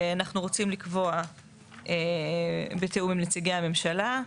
אנחנו רוצים לקבוע בתיאום עם נציגי הממשלה,